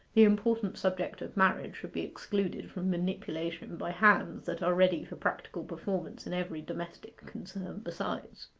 the important subject of marriage should be excluded from manipulation by hands that are ready for practical performance in every domestic concern besides.